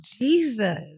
Jesus